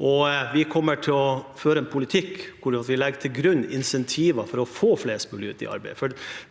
og vi kommer til å føre en politikk hvor vi legger til grunn insentiver for å få flest mulig ut i arbeid.